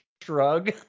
shrug